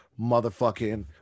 motherfucking